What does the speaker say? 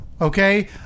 okay